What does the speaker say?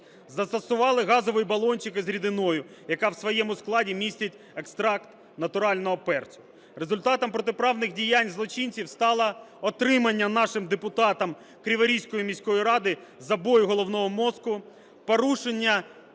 застосували газовий балончик із рідиною, яка в своєму складі містить екстракт натурально перцю. Результатом протиправних діянь злочинців стало отримання нашим депутатом Криворізької міської ради забою головного мозку, порушення